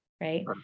Right